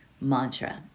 mantra